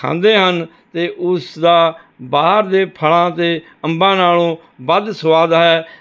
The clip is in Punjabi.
ਖਾਂਦੇ ਹਨ ਤਾਂ ਉਸ ਦਾ ਬਾਹਰ ਦੇ ਫਲਾਂ ਦੇ ਅੰਬਾਂ ਨਾਲੋਂ ਵੱਧ ਸਵਾਦ ਹੈ